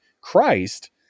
Christ